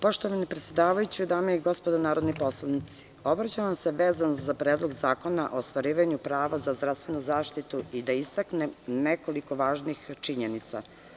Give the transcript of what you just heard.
Poštovani predsedavajući, dame i gospodo narodni poslanici, obraćam vam se vezano za Predlog zakona o ostvarivanju prava za zdravstvenu zaštitu i da istaknem nekoliko važnih činjenica.